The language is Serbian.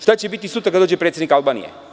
Šta će biti sutra kada dođe predsednik Albanije?